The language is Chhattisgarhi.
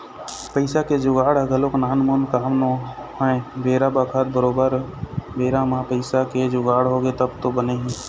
पइसा के जुगाड़ ह घलोक नानमुन काम नोहय बेरा बखत बरोबर बेरा म पइसा के जुगाड़ होगे तब तो बने हे